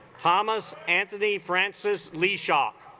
thomas anthony francis lee shock